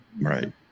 Right